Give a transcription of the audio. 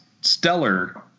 Stellar